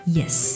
yes